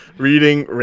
Reading